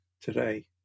today